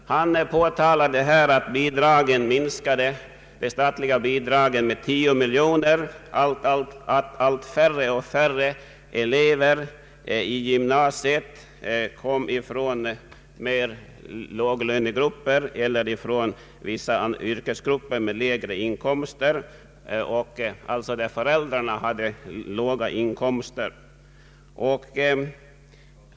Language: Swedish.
Han påpekade att de statliga bidragen minskade med 10 miljoner kronor och att allt färre elever i gymnasiet har för äldrar med låga inkomster.